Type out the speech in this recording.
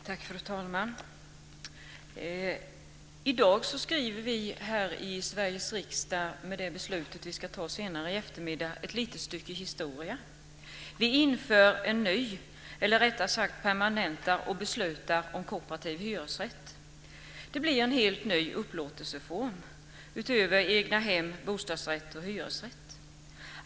Fru talman! I dag skriver vi här i Sveriges riksdag, med det beslut vi ska ta senare i eftermiddag, ett litet stycke historia. Vi inför en ny boendeform - eller rättare sagt permanentar och beslutar att kooperativ hyresrätt blir en ny upplåtelseform - utöver egnahem, bostadsrätt och hyresrätt.